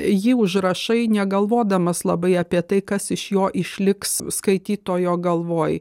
jį užrašai negalvodamas labai apie tai kas iš jo išliks skaitytojo galvoj